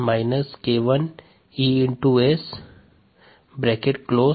पुनः व्यवस्थित करने पर k1EtSk2k3ES S k1ESS मिलता है